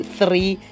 three